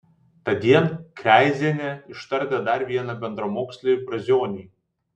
tądien kreizienė ištardė ir dar vieną bendramokslį brazionį